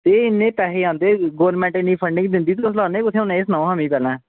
एह् इन्ने पैसे आंदे गौरमेंट इन्नी फंडिंग दिंदी तुस लानै कुत्थें होने एह् सनाओ आं मिगी